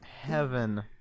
heaven